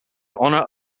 honour